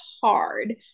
hard